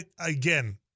again